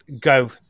go